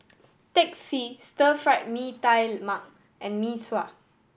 Teh C Stir Fried Mee Tai Mak and Mee Sua